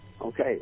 Okay